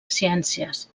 ciències